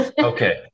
Okay